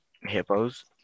hippos